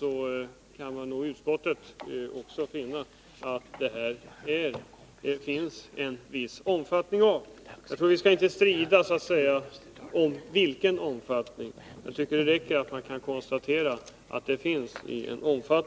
Då kan utskottet också finna att den här verksamheten har en viss omfattning. Vi skall inte strida om hur stor omfattningen är; jag tycker det räcker att vi kan konstatera att den är så pass